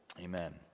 Amen